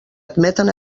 admeten